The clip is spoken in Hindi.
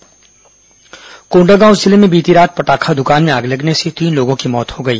पटाखा आगजनी मौत कोंडागांव जिले में बीती रात पटाखा दुकान में आग लगने से तीन लोगों की मौत हो गई